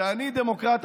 אני דמוקרט אמיתי,